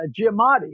Giamatti